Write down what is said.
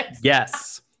Yes